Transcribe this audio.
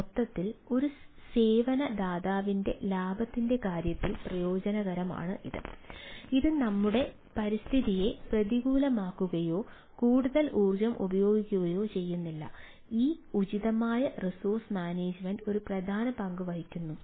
മൊത്തത്തിൽ ഇത് സേവന ദാതാവിന്റെ ലാഭത്തിന്റെ കാര്യത്തിൽ പ്രയോജനകരമാണ് ഇത് നമ്മുടെ പരിസ്ഥിതിയെ പ്രതികൂലമാക്കുകയോ കൂടുതൽ ഊർജ്ജം ഉപയോഗിക്കുകയോ ചെയ്യുന്നില്ല ഈ ഉചിതമായ റിസോഴ്സ് മാനേജ്മെന്റ് ഒരു പ്രധാന പങ്ക് വഹിക്കുന്നു